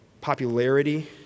popularity